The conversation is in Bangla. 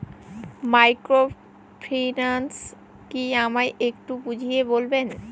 মাইক্রোফিন্যান্স কি আমায় একটু বুঝিয়ে বলবেন?